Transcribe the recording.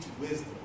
wisdom